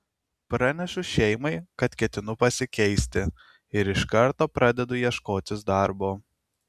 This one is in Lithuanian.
pranešu šeimai kad ketinu pasikeisti ir iš karto pradedu ieškotis darbo